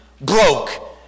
broke